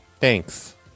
thanks